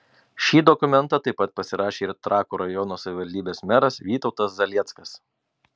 šį dokumentą taip pat pasirašė ir trakų rajono savivaldybės meras vytautas zalieckas